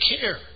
care